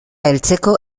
heltzeko